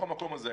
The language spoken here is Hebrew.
וכיבוי אש,